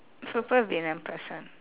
supervillain person